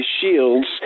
shields